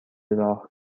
راه